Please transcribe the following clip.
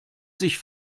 sich